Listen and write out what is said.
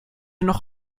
noch